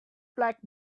black